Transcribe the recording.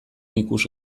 ikus